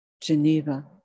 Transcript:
Geneva